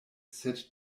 sed